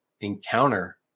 encounter